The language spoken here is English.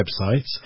websites